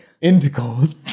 Intercourse